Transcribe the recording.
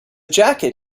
jacket